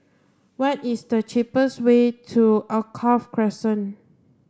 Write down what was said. what is the cheapest way to Alkaff Crescent